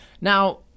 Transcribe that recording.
Now